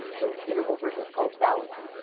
the interval version is called valids.